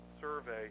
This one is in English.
survey